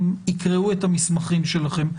הם יקראו את המסמכים שלכם.